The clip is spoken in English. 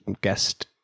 guest